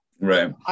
Right